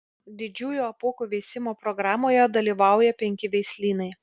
didžiųjų apuokų veisimo programoje dalyvauja penki veislynai